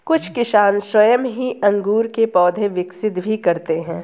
कुछ किसान स्वयं ही अंगूर के पौधे विकसित भी करते हैं